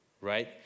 right